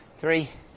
three